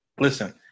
listen